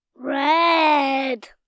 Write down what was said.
Red